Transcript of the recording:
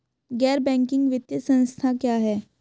गैर बैंकिंग वित्तीय संस्था क्या है?